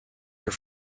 your